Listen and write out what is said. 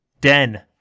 den